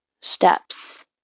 steps